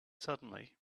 suddenly